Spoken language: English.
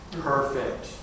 perfect